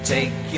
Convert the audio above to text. Take